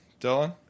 Dylan